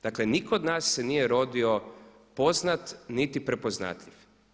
Dakle nitko od nas se nije rodio poznat niti prepoznatljiv.